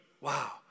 Wow